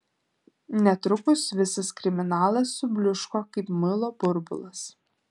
netrukus visas kriminalas subliūško kaip muilo burbulas